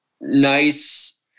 nice